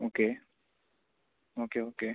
okay okay okay